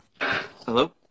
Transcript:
Hello